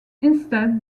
instead